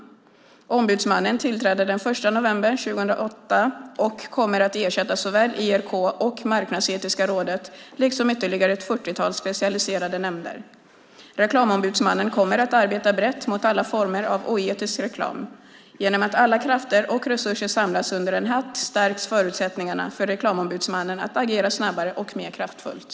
Ombudsmannen tillträder den 1 november 2008 och kommer att ersätta såväl ERK som Marknadsetiska Rådet, liksom ytterligare ett fyrtiotal specialiserade nämnder. Reklamombudsmannen kommer att arbeta brett mot alla former av oetisk reklam. Genom att alla krafter och resurser samlas under en hatt stärks förutsättningarna för Reklamombudsmannen att agera snabbare och mer kraftfullt.